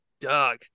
Doug